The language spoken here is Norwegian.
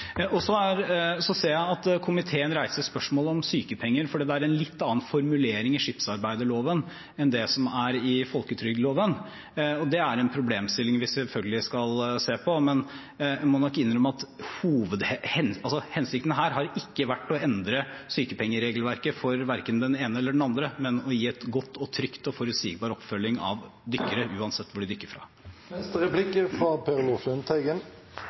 Så ser jeg at komiteen reiser spørsmål om sykepenger, fordi det er en litt annen formulering i skipsarbeidsloven enn det som er i folketrygdloven, og det er en problemstilling vi selvfølgelig skal se på. Men jeg må nok innrømme at hensikten her har ikke vært å endre sykepengeregelverket for verken den ene eller den andre, men gi en god, trygg og forutsigbar oppfølging av dykkere uansett hvor de dykker